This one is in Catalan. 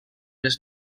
les